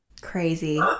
crazy